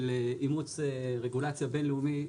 של אימוץ רגולציה בין לאומי,